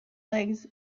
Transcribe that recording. legs